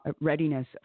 readiness